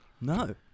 No